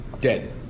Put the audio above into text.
Dead